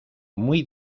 muy